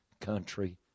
country